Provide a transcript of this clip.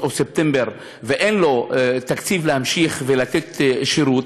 או ספטמבר ואין לו תקציב להמשיך לתת שירות,